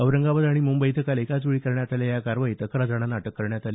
औरंगाबाद आणि मुंबई इथं काल एकाच वेळी केलेल्या कारवाईत अकरा जणांना अटक करण्यात आली